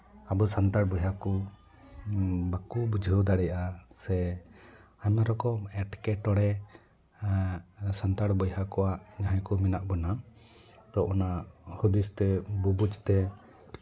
ᱟᱵᱚ ᱥᱟᱱᱛᱟᱲ ᱵᱚᱭᱦᱟ ᱠᱚ ᱵᱟᱠᱚ ᱵᱩᱡᱷᱟᱹᱣ ᱫᱟᱲᱮᱭᱟᱜᱼᱟ ᱥᱮ ᱟᱭᱢᱟ ᱨᱚᱠᱚᱢ ᱮᱸᱴᱠᱮᱴᱚᱬᱮ ᱥᱟᱱᱛᱟᱲ ᱵᱚᱭᱦᱟ ᱠᱚᱣᱟᱜ ᱡᱟᱦᱟᱸᱭ ᱠᱚ ᱢᱮᱱᱟᱜ ᱵᱚᱱᱟ ᱛᱚ ᱚᱱᱟ ᱦᱩᱫᱤᱥ ᱛᱮ ᱵᱩᱵᱩᱡᱽ ᱛᱮ